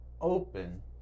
Open